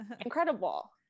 incredible